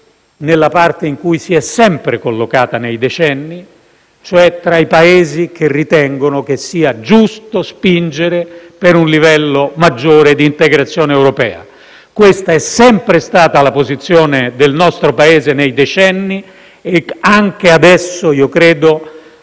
nella parte in cui si è sempre collocata nei decenni, cioè tra i Paesi che ritengono sia giusto spingere per un livello maggiore di integrazione europea. Questa è sempre stata la posizione del nostro Paese nei decenni e credo che